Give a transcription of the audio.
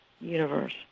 universe